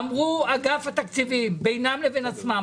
אמר אגף התקציבים בינם לבין עצמם,